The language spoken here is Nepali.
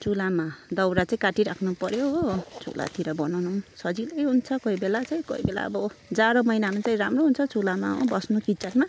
चुलामा दाउरा चाहिँ काटि राख्नु पऱ्यो हो चुला तिर बनाउनु नि सजिलै हुन्छ कोही बेला चाहिँ कोही बेला अब जा़डो महिनामा चाहिँ राम्रो हुन्छ चुलामा बस्नु किचनमा